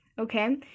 okay